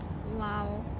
!wow!